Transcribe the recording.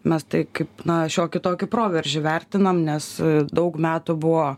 mes tai kaip na šiokį tokį proveržį vertinam nes daug metų buvo